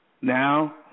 Now